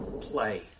play